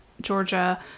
georgia